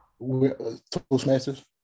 Toastmasters